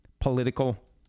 political